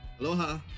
Aloha